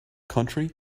country